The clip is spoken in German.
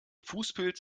fußpilz